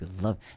love